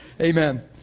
Amen